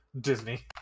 Disney